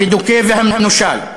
המדוכא והמנושל.